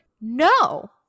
no